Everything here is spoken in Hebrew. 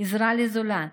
עזרה לזולת,